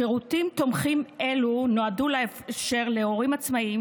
שירותים תומכים אלו נועדו לאפשר להורים עצמאיים